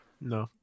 No